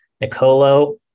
Nicolo